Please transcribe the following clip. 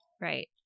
right